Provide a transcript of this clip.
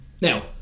Now